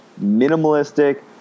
minimalistic